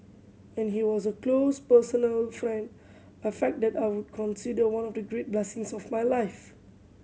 and he was a close personal friend a fact that I consider one of the great blessings of my life